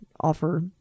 offer